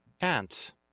Ants